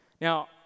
Now